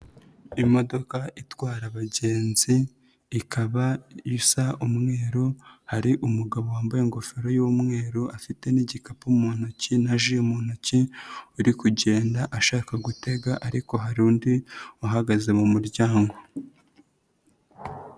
Imodoka itwara abagenzi ikaba isa umweru, hari umugabo wambaye ingofero y'umweru afite n'igikapu mu ntoki na ji mu ntoki, uri kugenda ashaka gutega ariko hari undi uhagaze mu muryango.